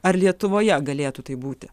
ar lietuvoje galėtų taip būti